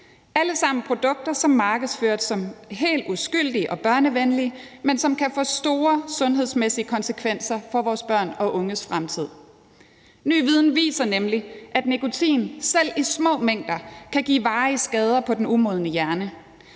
alle sammen produkter, som markedsføres som helt uskyldige og børnevenlige, men som kan få store sundhedsmæssige konsekvenser for vores børns og unges fremtid. Ny viden viser nemlig, at nikotin selv i små mængder kan give varige skader på den umodne hjerne.